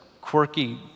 quirky